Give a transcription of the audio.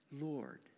Lord